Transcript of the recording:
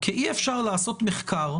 כי אי אפשר לעשות מחקר,